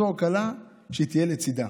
שתהיה לצידה